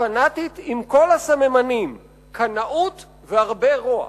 פנאטית עם כל הסממנים: קנאות והרבה רוע".